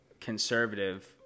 conservative